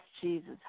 Jesus